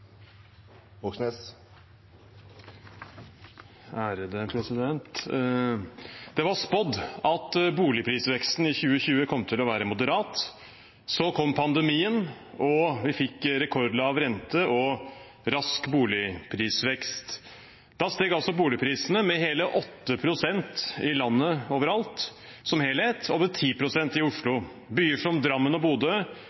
Det var spådd at boligprisveksten i 2020 kom til å være moderat. Så kom pandemien, og vi fikk rekordlav rente og rask boligprisvekst. Da steg boligprisene med hele 8 pst. i landet, overalt, som helhet, og med 10 pst. i